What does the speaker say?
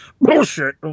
Bullshit